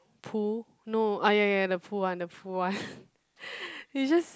pool no ah ya ya ya the pool one the pool one it's just